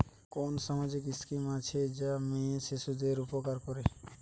কোন সামাজিক স্কিম আছে যা মেয়ে শিশুদের উপকার করে?